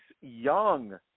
Young